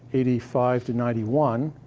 eighty five to ninety one.